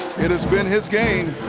it has been his game.